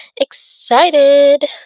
excited